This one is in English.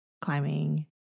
climbing